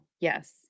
yes